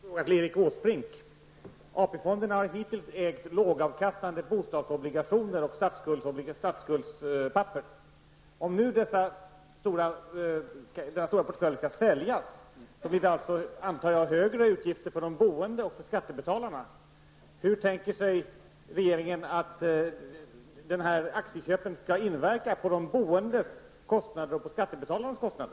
Herr talman! Jag har en fråga till Erik Åsbrink. AP-fonderna har hittills ägt bostadsobligationer och statsskuldspapper som ger låg avkastning. Om nu denna stora portfölj skall säljas, antar jag att utgifterna för de boende och skattebetalarna blir större. Hur kommer dessa aktieköp att inverka på de boendes och på skattebetalarnas kostnader?